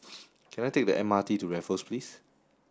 can I take the M R T to Raffles Place